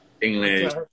English